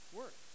work